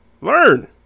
Learn